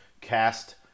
*Cast*